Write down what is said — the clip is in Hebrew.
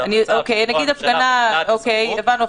המצב שבו הממשלה מונעת את הסמכות --- אוקיי,